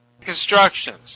constructions